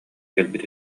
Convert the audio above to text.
кэлбит